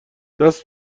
دست